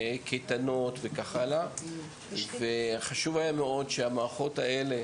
קייטנות וכך הלאה והיה חשוב מאוד שהמערכות האלה